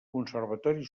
conservatori